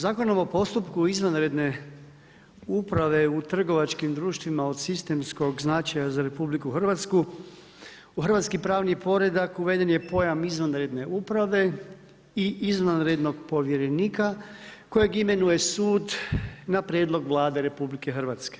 Zakonom o postupku izvanredne uprave u trgovačkim društvima od sistemskog značaja za RH u Hrvatski pravni poredak uveden je pojam izvanredne uprave i izvanrednog povjerenika kojeg imenuje sud na prijedlog Vlade RH.